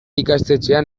ikastetxean